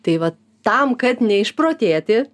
tai va tam kad neišprotėti